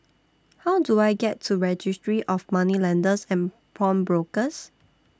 How Do I get to Registry of Moneylenders and Pawnbrokers